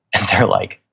and they're like,